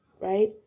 right